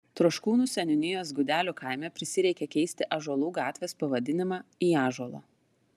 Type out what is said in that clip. troškūnų seniūnijos gudelių kaime prisireikė keisti ąžuolų gatvės pavadinimą į ąžuolo